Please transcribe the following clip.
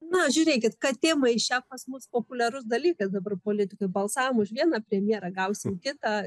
na žiūrėkit katė maiše pas mus populiarus dalyka dabar politikoj balsavom už vieną premjerą gausim kitą